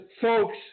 folks